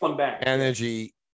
energy